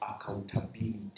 accountability